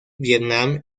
vietnam